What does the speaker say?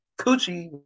coochie